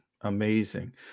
amazing